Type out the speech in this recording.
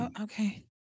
okay